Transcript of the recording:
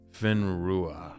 Finrua